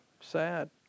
sad